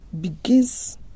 begins